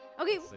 Okay